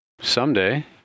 someday